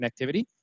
connectivity